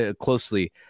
closely